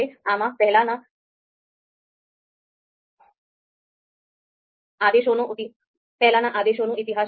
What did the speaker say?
આમાં પહેલાનાં આદેશોનો ઇતિહાસ હશે